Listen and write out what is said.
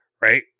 Right